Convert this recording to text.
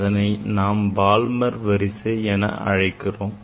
அதனை நாம் பால்மர் வரிசை என்று அழைக்கிறோம்